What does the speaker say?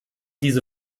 diese